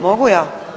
Mogu ja?